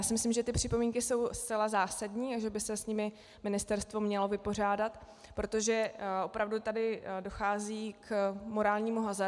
Myslím si, že ty připomínky jsou zcela zásadní a že by se s nimi ministerstvo mělo vypořádat, protože opravdu tady dochází k morálnímu hazardu.